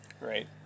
Right